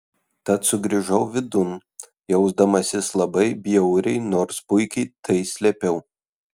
tad sugrįžau vidun jausdamasis labai bjauriai nors puikiai tai slėpiau